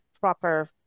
proper